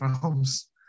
films